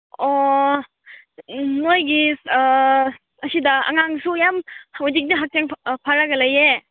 ꯑꯣ ꯅꯣꯏꯒꯤ ꯑꯁꯤꯗ ꯑꯉꯥꯡꯁꯨ ꯌꯥꯝ ꯍꯧꯖꯤꯛꯇꯤ ꯍꯛꯆꯥꯡ ꯐꯔꯒ ꯂꯩꯌꯦ